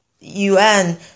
UN